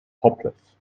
hopeless